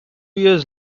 years